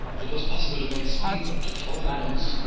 it was possible to make speeds up to fourteen knots,